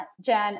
Jen